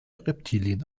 reptilien